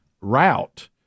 route